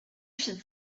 should